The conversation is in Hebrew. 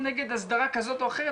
נגד הסדרה כזאת או אחרת,